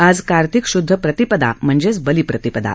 आज कार्तिक श्दध प्रतिपदा म्हणजेच बलिप्रतिपदा